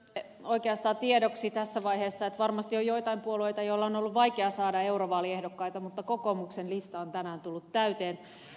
sirnölle oikeastaan tiedoksi tässä vaiheessa että varmasti on joitain puolueita joille on ollut vaikeaa saada eurovaaliehdokkaita mutta kokoomuksen lista on tänään tullut täyteen